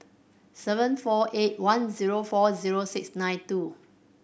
seven four eight one zero four zero six nine two